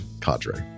cadre